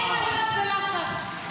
אין מה להיות בלחץ.